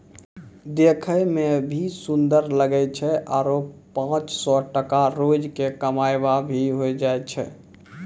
देखै मॅ भी सुन्दर लागै छै आरो पांच सौ टका रोज के कमाई भा भी होय जाय छै